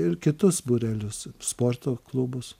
ir kitus būrelius sporto klubus